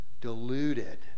Deluded